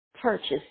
purchase